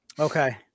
Okay